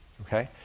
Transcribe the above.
okay,